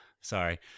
sorry